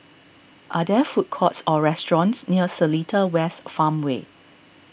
are there food courts or restaurants near Seletar West Farmway